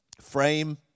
frame